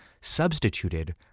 substituted